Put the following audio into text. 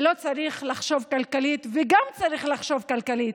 ולא צריך לחשוב כלכלית, וגם צריך לחשוב כלכלית.